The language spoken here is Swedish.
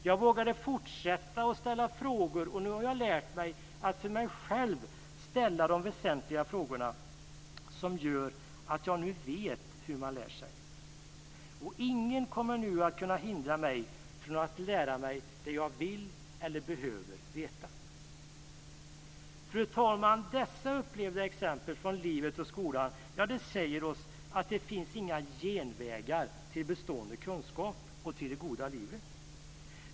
Jag vågade fortsätta att ställa frågor, och nu har jag lärt mig att för mig själv ställa de väsentliga frågorna som gör att jag nu vet hur man lär sig. Ingen kommer nu att kunna hindra mig från att lära mig det jag vill eller behöver veta. Fru talman! Dessa upplevda exempel från livet och skolan säger oss att det inte finns några genvägar till bestående kunskap och till det goda livet.